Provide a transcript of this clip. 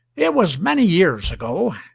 it was many years ago.